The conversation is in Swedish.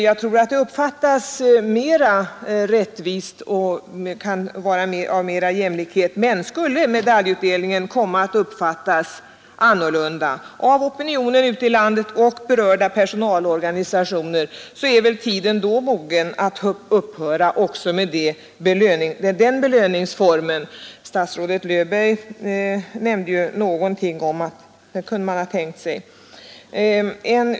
Jag tror att ett system med medaljer är mera rättvist och bättre kan uppfylla jämlikhetskravet. Men skulle medaljutdelningen komma att uppfattas annorlunda av opinionen ute i landet och av berörda personalorganisationer, får väl tiden då anses vara mogen att upphöra också med den belöningsformen. Statsrådet Löfberg nämnde att man kunde tänka sig det.